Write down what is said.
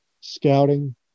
scouting